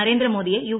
നരേന്ദ്രമോദിയെ യു